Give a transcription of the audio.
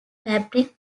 fabric